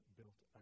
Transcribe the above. built